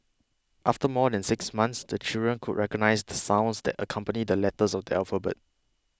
after more than six months the children could recognise the sounds that accompany the letters of the alphabet